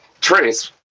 Trace